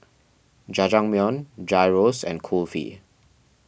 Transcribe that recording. Jajangmyeon Gyros and Kulfi